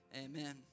Amen